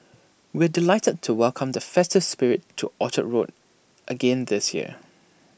we're delighted to welcome the festive spirit to Orchard road again this year